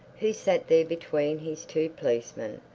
who sat there between his two policemen,